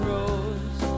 Rose